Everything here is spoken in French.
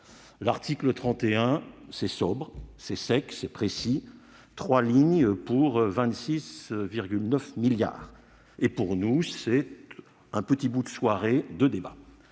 L'article 31, c'est sobre, sec et précis : trois lignes pour 26,9 milliards d'euros. Pour nous, c'est un petit bout de soirée de débat.